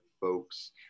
folks